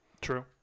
true